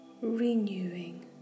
renewing